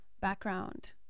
background